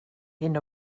hyn